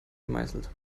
gemeißelt